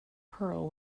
perl